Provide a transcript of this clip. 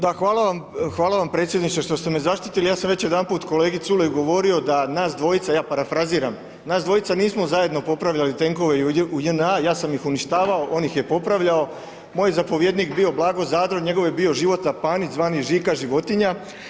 Da, hvala vam predsjedniče što ste me zaštitili, ja sam već jedanput kolegi Culeju govorio da nas dvojica, ja parafraziram, nas dvojica nismo zajedno popravljali tenkove u JNA, ja sam ih uništavao, on ih je popravljao, moj zapovjednik je bio Blago Zadro, njegov je bio Života Panić, zvani Žika životinja.